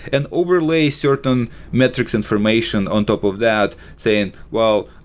and overlay certain metrics information on top of that saying, well,